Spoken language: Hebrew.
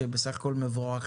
שהם בסך הכול מבורכים,